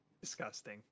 disgusting